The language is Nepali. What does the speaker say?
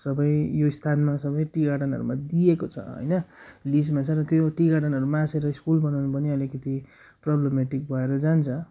सबै यो स्थानमा सबै टी गार्डनहरूमा दिइएको छ होइन लिजमा छ र त्यो टी गार्डनहरू मासेर स्कुल बनाउनु पनि अलिकति प्रब्लम्याटिक भएर जान्छ